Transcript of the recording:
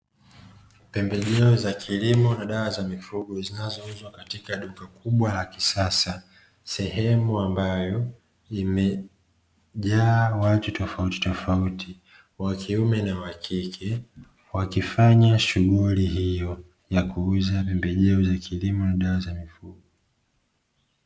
Pembejeo za kilimo na dawa za mifugo zinazouzwa katika duka kubwa la kisasa, sehemu ambayo imejaa watu tofautitofauti wakifanya shughuli hiyo ya kuuza pembejeo za kilimo na dawa za mifugo.